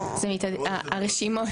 הרשימות.